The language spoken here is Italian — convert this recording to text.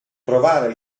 provare